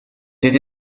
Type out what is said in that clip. dit